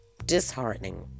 disheartening